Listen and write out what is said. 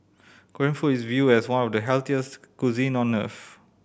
Korean food is viewed as one of the healthiest cuisine on earth